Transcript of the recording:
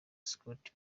scott